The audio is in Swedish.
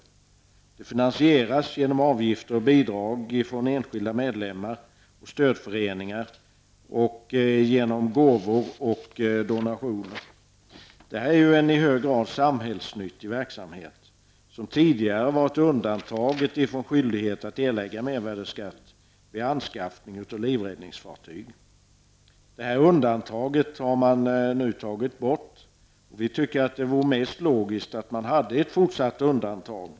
Verksamheten finansieras genom avgifter och bidrag från enskilda medlemmar och stödföreningar samt genom gåvor och donationer. Det här är en i hög grad samhällsnyttig verksamhet som tidigare var undantagen från skyldighet att erlägga mervärdeskatt vid anskaffning av livräddningsfartyg. Detta undantag har man nu tagit bort. Vi tycker det vore mest logiskt med ett fortsatt undantag.